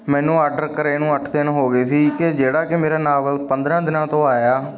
ਮੈਨੂੰ ਆਡਰ ਕਰੇ ਨੂੰ ਅੱਠ ਦਿਨ ਹੋ ਗਏ ਸੀ ਕਿ ਜਿਹੜਾ ਕਿ ਮੇਰਾ ਨਾਵਲ ਪੰਦਰਾਂ ਦਿਨਾਂ ਤੋਂ ਆਇਆ